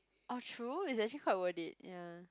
oh true it's actually quite worth it ya